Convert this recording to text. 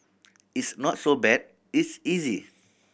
it's not so bad it's easy